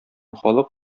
халык